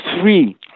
three